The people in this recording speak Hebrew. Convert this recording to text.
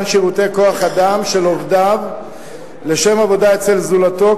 שירותי כוח-אדם של עובדיו לשם עבודה אצל זולתו.